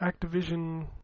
Activision